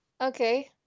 okay